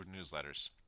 newsletters